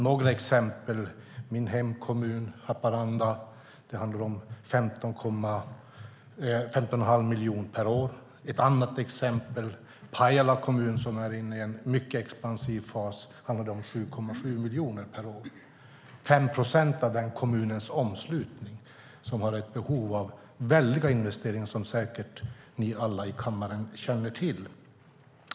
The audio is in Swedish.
Några exempel: Min hemkommun Haparanda hade 15 1⁄2 miljon per år. I Pajala kommun, som är inne i en mycket expansiv fas, handlar det om 7,7 miljoner per år. Det är 5 procent av den kommunens omslutning, och man har ett behov av väldiga investeringar, som ni alla i kammaren säkert känner till.